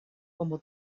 como